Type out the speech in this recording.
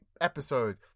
episode